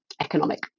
economic